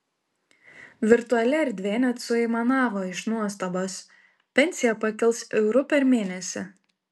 virtuali erdvė net suaimanavo iš nuostabos pensija pakils euru per mėnesį